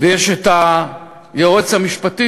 ויש היועץ המשפטי,